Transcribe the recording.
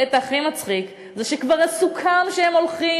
הקטע הכי מצחיק זה שכבר סוכם שהם הולכים,